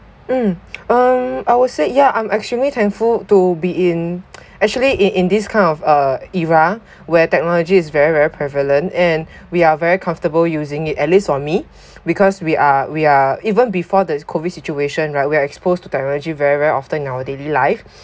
mm um I would say yeah I'm extremely thankful to be in actually in in this kind of uh era where technology is very very prevalent and we are very comfortable using it at least for me because we are we are even before this COVID situation right we are exposed to technology very very often in our daily life